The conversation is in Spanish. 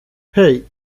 hey